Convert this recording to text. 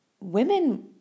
women